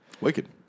Wicked